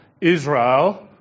Israel